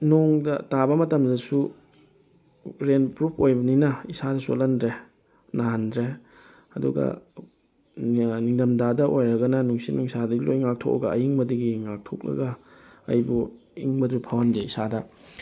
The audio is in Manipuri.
ꯅꯣꯡꯒ ꯇꯥꯕ ꯃꯇꯝꯗꯁꯨ ꯔꯦꯟ ꯄ꯭ꯔꯨꯕ ꯑꯣꯏꯕꯅꯤꯅ ꯏꯁꯥꯗ ꯆꯣꯠꯍꯟꯗ꯭ꯔꯦ ꯅꯥꯍꯟꯗ꯭ꯔꯦ ꯑꯗꯨꯒ ꯅꯤꯡꯊꯝꯗꯥꯗ ꯑꯣꯏꯔꯒꯅ ꯅꯨꯡꯁꯤꯠ ꯅꯨꯡꯁꯗꯒꯤ ꯂꯣꯏꯅ ꯉꯥꯛꯊꯣꯛꯑꯒ ꯑꯏꯪꯕꯗꯒꯤ ꯉꯥꯛꯊꯣꯛꯂꯒ ꯑꯩꯕꯨ ꯏꯪꯕꯗꯨ ꯐꯥꯎꯍꯟꯗꯦ ꯏꯁꯥꯗ